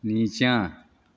नीचाँ